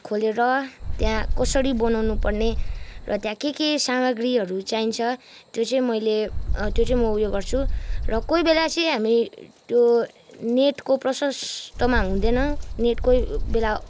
खोलेर त्यहाँ कोसरी बनाउनु पर्ने र त्यहाँ के के सामग्रीहरू चाहिन्छ त्यो चाहिँ मैले त्यो चाहिँ म उ यो गर्छु र कोही बेला चाहिँ हामी त्यो नेटको प्रशस्तमा हुँदैन नेटकै बेला